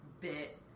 bit